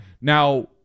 Now